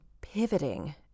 pivoting